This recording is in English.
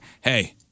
hey